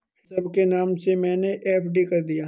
ऋषभ के नाम से मैने एफ.डी कर दिया है